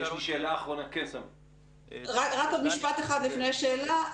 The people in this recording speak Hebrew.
יש לי שאלה --- רק עוד משפט אחד לפני שאלה.